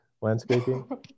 landscaping